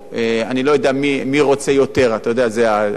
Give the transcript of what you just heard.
העגל לינוק או הפרה להיניק.